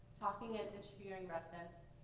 talking and interviewing residents,